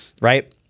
right